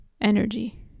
energy